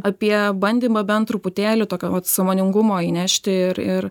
apie bandymą bent truputėlį tokio vat sąmoningumo įnešti ir ir